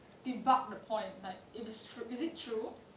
debug the point like if it's true is it true